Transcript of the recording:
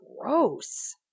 gross